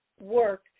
work